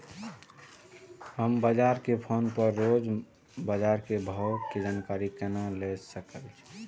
हम mobile phone पर रोज बाजार के भाव के जानकारी केना ले सकलिये?